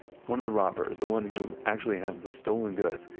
one of the robbers, the one who actually has the stolen goods,